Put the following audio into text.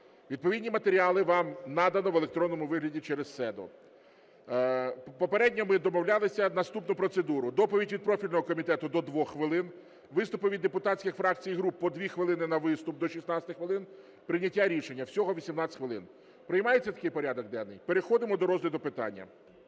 Відповідні матеріали вам надано в електронному вигляді через СЕДО. Попередньо ми добавляли наступну процедуру: доповідь від профільного комітету – до 2 хвилин, виступи від депутатських фракцій і груп – по 2 хвилини на виступ (до 16 хвилин), прийняття рішення. Всього 18 хвилин. Приймається такий порядок денний? Переходимо до розгляду питання.